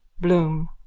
Bloom